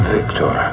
Victor